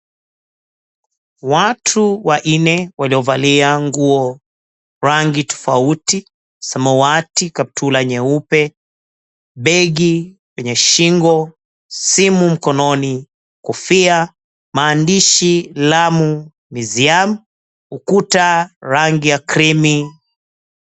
Watu wanne waliovalia nguo rangi tofauti samawati, kaptura nyeupe, begi kwenye shingo, simu mkononi, kofia, maandishi "Lamu Museum," ukuta, rangi ya krimi.